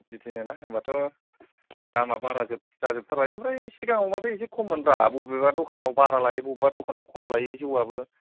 बिदिनो ना होनबाथ' दामा बारा जोब जाजोब थारबाय ओमफ्राय सिगाङाव माथो एसे खममोन ब्रा बबेबा दखानाव बारा लायो बबेबा दखानाव खम लायो जौआबो